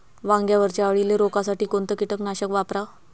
वांग्यावरच्या अळीले रोकासाठी कोनतं कीटकनाशक वापराव?